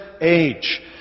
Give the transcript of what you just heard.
age